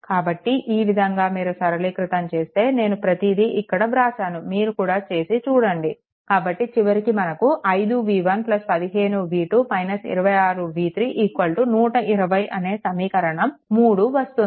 కాబట్టి ఈ విధంగా మీరు సరళీకృతం చేస్తే నేను ప్రతిదీ ఇక్కడ వ్రాసాను మీరు కూడా చేసి చూడండి కాబట్టి చివరికి మనకు 5v1 15v2 26v3 120 అనే సమీకరణం 3 వస్తుంది